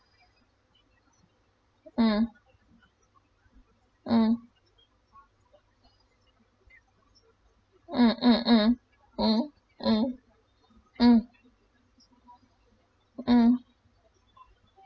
mm mm mm mm mm mm mm mm mm